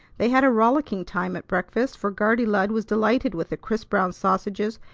they had a rollicking time at breakfast, for guardy lud was delighted with the crisp brown sausages,